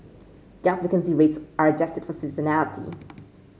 job vacancy rates are adjusted for seasonality